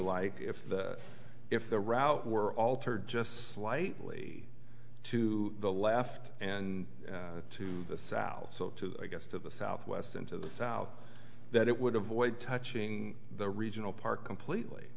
like if if the route were altered just slightly to the left and to the south so too against of the southwest into the south that it would avoid touching the regional park completely